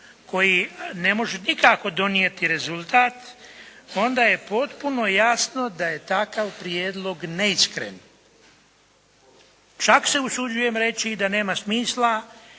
koji ne može nikako donijeti rezultat onda je potpuno jasno da je takav prijedlog neiskren. Čak se usuđujem reći i da nema smisla